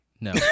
no